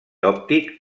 òptic